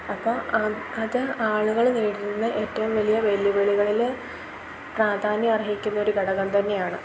അപ്പം അത് ആളുകൾ നേരിടുന്ന ഏറ്റവും വലിയ വെല്ലുവിളികളിൽ പ്രാധാന്യം അർഹിക്കുന്നൊരു ഘടകം തന്നെയാണ്